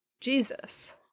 Jesus